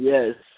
Yes